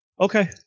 Okay